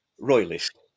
royalist